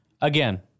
again